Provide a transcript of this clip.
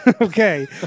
Okay